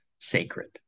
sacred